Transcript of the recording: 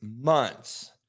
months